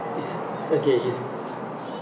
it's okay it's